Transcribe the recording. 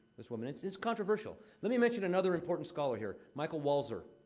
this woman. it's it's controversial. let me mention another important scholar here michael walzer.